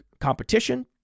competition